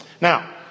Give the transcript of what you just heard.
Now